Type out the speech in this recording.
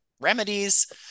remedies